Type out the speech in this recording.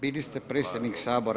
Bili ste predsjednik Sabora.